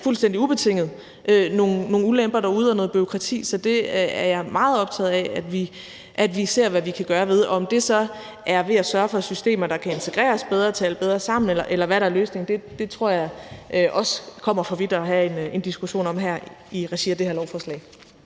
fuldstændig ubetinget nogle ulemper og noget bureaukrati derude, så det er jeg meget optaget af at vi ser hvad vi kan gøre ved. Om det så er ved at sørge for at få systemer, der kan integreres bedre og tale bedre sammen, eller hvad der er løsningen, tror jeg også det kommer for vidt at have en diskussion om her i regi af det her lovforslag.